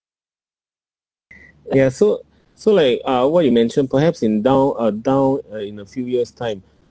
ya so so like uh what you mentioned perhaps in down uh down uh in a few years' time